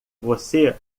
você